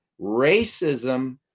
racism